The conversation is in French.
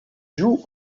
joue